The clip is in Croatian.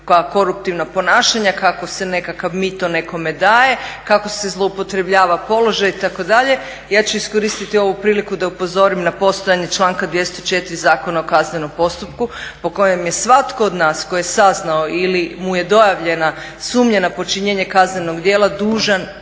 koruptivna ponašanja, kako se nekakav mito nekome daje, kako se zloupotrebljava položaj itd. Ja ću iskoristiti ovu priliku da upozorim na postojanje članka 204. Zakona o kaznenom postupku po kojem je svatko od nas tko je saznao, ili mu je dojavljena sumnja na počinjenje kaznenog djela dužan